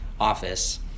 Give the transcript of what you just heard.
office